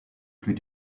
plus